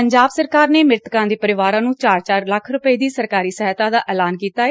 ਪੰਜਾਬ ਸਰਕਾਰ ਨੇ ਮ੍ਰਿਤਕਾਂ ਦੇ ਪਰਿਵਾਰ ਨੂੰ ਚਾਰ ਚਾਰ ਲੱਖ ਰੁਪਏ ਦੀ ਸਰਕਾਰੀ ਸਹਾਇਤਾ ਦਾ ਐਲਾਨ ਕੀਤਾ ਏ